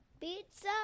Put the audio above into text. Pizza